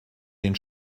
den